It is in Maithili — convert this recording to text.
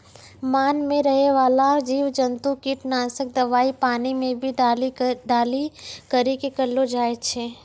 मान मे रहै बाला जिव जन्तु किट नाशक दवाई पानी मे भी डाली करी के करलो जाय छै